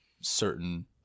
certain